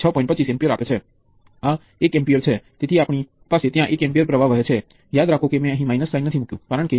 તે નિર્ધારિત કરવા માટે આપણે આ બે ટર્મિનલ અને જે ટર્મિનલમાં પ્ર્વાહ જાય છે તેના અને વોલ્ટેજ વચ્ચેના સંબંધને શોધવાનું પડશે